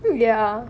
ya